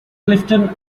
clifton